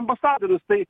ambasadorius tai